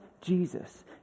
Jesus